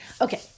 Okay